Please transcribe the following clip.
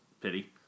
pity